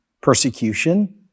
persecution